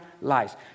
lies